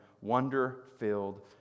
wonder-filled